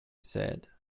said